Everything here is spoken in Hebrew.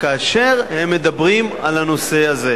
כאשר הם מדברים על הנושא הזה.